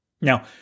Now